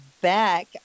back